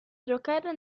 giocare